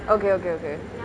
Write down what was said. okay okay okay